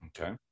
okay